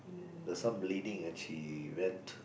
the some bleeding and she went to